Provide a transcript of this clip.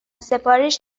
سفارش